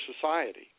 society